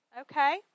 Okay